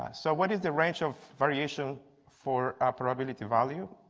so what is the range of variation for a probability value